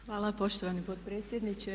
Hvala poštovani potpredsjedniče.